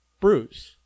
Bruce